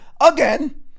again